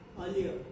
earlier